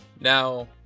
Now